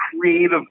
creative